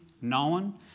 known